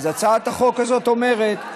אז הצעת החוק הזאת אומרת שבתים,